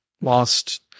lost